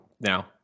now